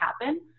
happen